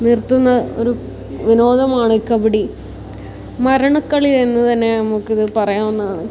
നിർത്തുന്ന ഒരു വിനോദമാണ് കബഡി മരണക്കളി എന്നുതന്നെ തന്നെ നമുക്കിത് പറയാവുന്നതാണ്